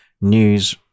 news